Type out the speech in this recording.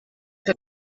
que